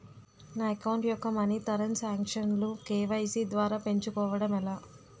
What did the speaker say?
నా అకౌంట్ యెక్క మనీ తరణ్ సాంక్షన్ లు కే.వై.సీ ద్వారా పెంచుకోవడం ఎలా?